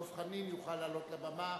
דב חנין יוכל לעלות לבמה.